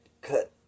cut